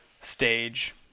stage